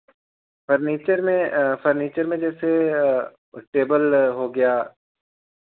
furniture में furniture में जैसे वह टेबल हो गया